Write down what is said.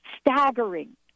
staggering